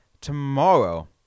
tomorrow